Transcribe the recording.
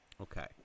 Okay